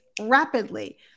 rapidly